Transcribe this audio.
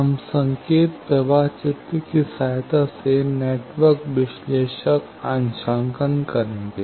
हम संकेत प्रवाह चित्र की सहायता से नेटवर्क विश्लेषक अंशांकन करेंगे